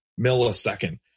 millisecond